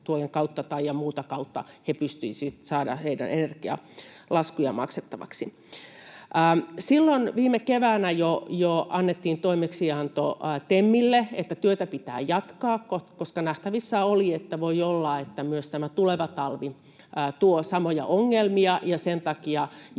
ja muuta kautta he pystyivät saamaan energialaskujaan maksettavaksi. Silloin viime keväänä jo annettiin toimeksianto TEMille, että työtä pitää jatkaa, koska nähtävissä oli, että voi olla, että myös tämä tuleva talvi tuo samoja ongelmia, niin että